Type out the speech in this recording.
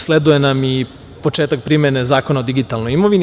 Sleduje nam i početak primene Zakona o digitalnoj imovini.